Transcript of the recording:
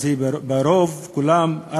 ברוב של כולם,